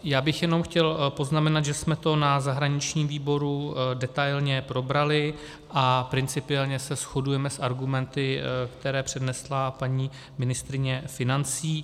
Já bych jenom chtěl poznamenat, že jsme to na zahraničním výboru detailně probrali a principiálně se shodujeme s argumenty, které přednesla paní ministryně financí.